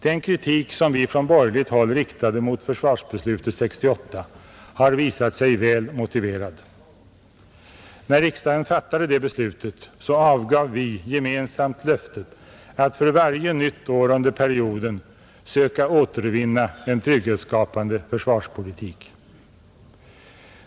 Den kritik som vi från borgerligt håll riktade mot försvarsbeslutet 1968 har visat sig väl motiverad. När riksdagen fattade det beslutet avgav vi gemensamt löftet att för varje nytt år under perioden söka återvinna en trygghetsskapande försvarspolitik.